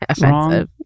wrong